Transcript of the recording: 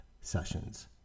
sessions